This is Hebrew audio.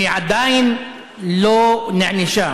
והיא עדיין לא נענשה.